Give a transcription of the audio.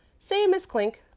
same as clink.